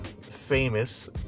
famous